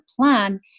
plan